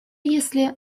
если